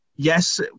Yes